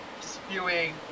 spewing